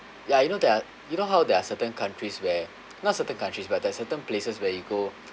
ya you know there are you know how there are certain countries where not certain countries but there are certain places where you go